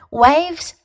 ，waves